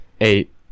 eight